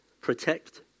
protect